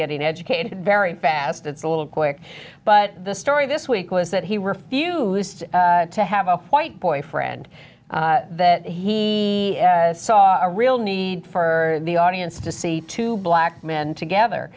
getting educated very fast it's a little quick but the story this week was that he refused to have a white boyfriend that he saw a real need for the audience to see two black men together